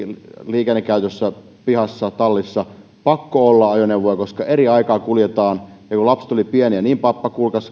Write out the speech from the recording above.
liikennekäytössä pihassa tai tallissa on pakko olla ajoneuvoja koska eri aikaan kuljetaan kun lapset olivat pieniä niin pappa